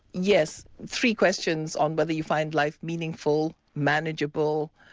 yes, three questions on whether you find life meaningful, manageable,